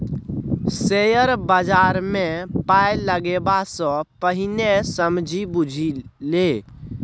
share बजारमे पाय लगेबा सँ पहिने समझि बुझि ले